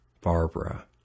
Barbara